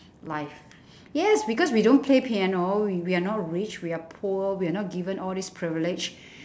life yes because we don't play piano we we're not rich we're poor we're not given all these privilege